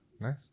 nice